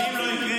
ואם לא יקרה?